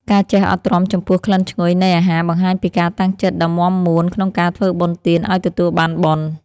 ការចេះអត់ទ្រាំចំពោះក្លិនឈ្ងុយនៃអាហារបង្ហាញពីការតាំងចិត្តដ៏មាំមួនក្នុងការធ្វើបុណ្យទានឱ្យទទួលបានបុណ្យ។